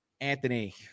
Anthony